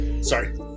Sorry